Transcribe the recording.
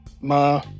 Ma